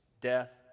death